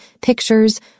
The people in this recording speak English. pictures